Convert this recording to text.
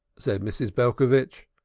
said mrs. belcovitch,